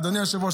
אדוני היושב-ראש,